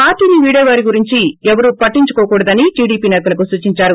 పార్గీని వీడే వారి గురించి ఎవరూ పట్టించుకోకూడదని టీడీపీ సేతలకు సూచించారు